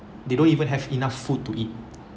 they don't even have enough food to eat